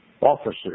officers